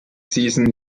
seasons